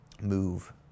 move